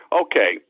Okay